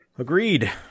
Agreed